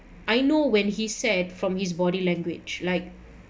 I know when he said from his body language like